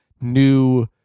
new